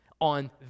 On